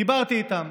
דיברתי איתם.